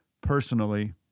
personally